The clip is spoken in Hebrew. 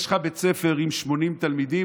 יש לך בית ספר עם 80 תלמידים,